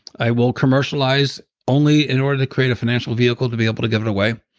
i will commercialize only in order to create a financial vehicle to be able to give it away.